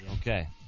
Okay